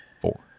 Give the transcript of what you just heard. four